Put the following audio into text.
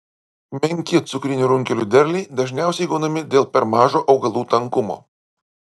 menki cukrinių runkelių derliai dažniausiai gaunami dėl per mažo augalų tankumo